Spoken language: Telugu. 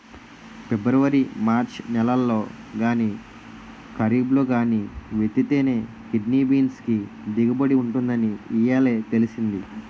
పిబ్రవరి మార్చి నెలల్లో గానీ, కరీబ్లో గానీ విత్తితేనే కిడ్నీ బీన్స్ కి దిగుబడి ఉంటుందని ఇయ్యాలే తెలిసింది